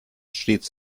stets